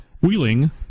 Wheeling